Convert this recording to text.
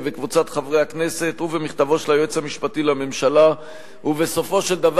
וקבוצת חברי הכנסת ובמכתבו של היועץ המשפטי לממשלה,